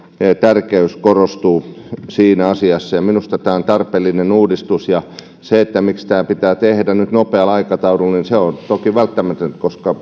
tärkeys korostuu siinä asiassa ja minusta tämä on tarpeellinen uudistus ja miksi tämä pitää tehdä nyt nopealla aikataululla se on toki välttämätöntä koska